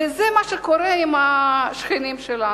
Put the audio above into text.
וזה מה שקורה עם השכנים שלנו.